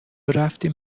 رفتیم